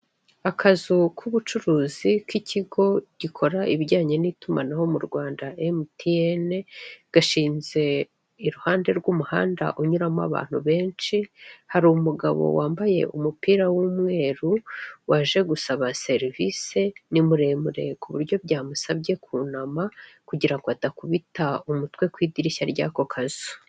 Akazu k'ubucuruzi k'ikigo gikora ibijyanye n'itumanaho mu Rwanda emutiyene, gashinze iruhande rw'umuhanda unyuramo abantu benshi. Hari umugabo wambaye umupira w'umweru waje gusaba serivise, ni muremure kuburyo byamusabye kunama kugirango adakubita umutwe ku idirishya ry'ako kazu.